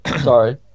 Sorry